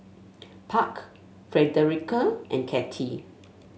Park Frederica and Kattie